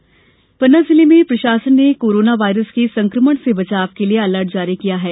corona virus Panna जिले में प्रशासन ने कोरोना वायरस के संक्रमण से बचाव के लिए अलर्ट जारी किया है